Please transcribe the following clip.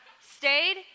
stayed